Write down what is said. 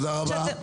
תודה רבה.